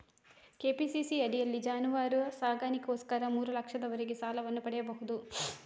PKCC ಅಡಿಯಲ್ಲಿ ಜಾನುವಾರು ಸಾಕಣೆಗೋಸ್ಕರ ಮೂರು ಲಕ್ಷದವರೆಗೆ ಸಾಲವನ್ನು ಪಡೆಯಬಹುದು